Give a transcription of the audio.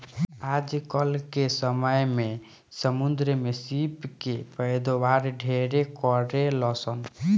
आजकल के समय में समुंद्र में सीप के पैदावार ढेरे करेलसन